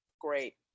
Great